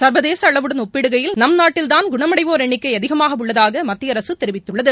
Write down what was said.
சா்வதேச அளவுடன் ஒப்பிடுகையில் நம் நாட்டில் தான் குணமடைவோா் எண்ணிக்கை அதிகமாக உள்ளதாக மத்திய அரசு தெரிவித்துள்ளது